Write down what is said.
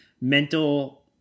mental